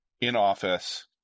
in-office